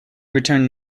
returned